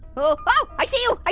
oh, oh, i see you, i